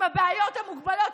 עם בעיות המוגבלות,